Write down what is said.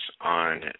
on